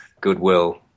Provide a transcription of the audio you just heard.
goodwill